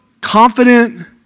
confident